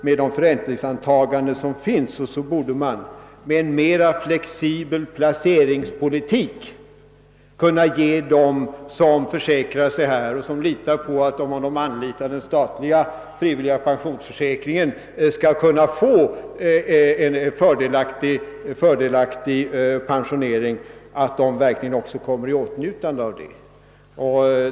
Med de förräntningsantaganden som finns borde man, med en mera flexibel placeringspolitik, kunna sörja för att de försäkringstagare, som litar på att de genom att använda den statliga frivilliga pensionsförsäkringen skall kunna få en fördelaktig pensionering, verkligen också kommer i åtnjutande av en sådan.